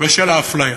ושל האפליה.